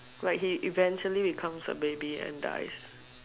like he eventually becomes a baby and dies